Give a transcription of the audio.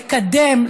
לקדם,